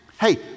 hey